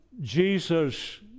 Jesus